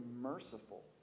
merciful